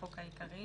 החוק העיקרי),